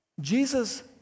Jesus